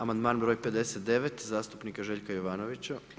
Amandman br. 59. zastupnika Željka Jovanovića.